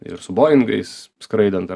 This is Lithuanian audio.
ir su bojingais skraidant ar